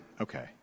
Okay